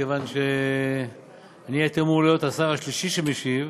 מכיוון שהייתי אמור להיות השר השלישי שמשיב,